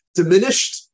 diminished